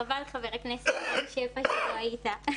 חבל, חבר הכנסת רם שפע, שלא היית.